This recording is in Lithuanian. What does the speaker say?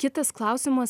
kitas klausimas